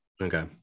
Okay